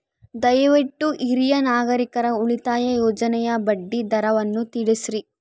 ದಯವಿಟ್ಟು ಹಿರಿಯ ನಾಗರಿಕರ ಉಳಿತಾಯ ಯೋಜನೆಯ ಬಡ್ಡಿ ದರವನ್ನು ತಿಳಿಸ್ರಿ